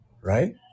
Right